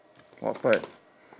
what part